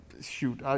shoot